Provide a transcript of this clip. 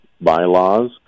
bylaws